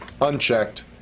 unchecked